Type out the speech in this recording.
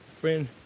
Friend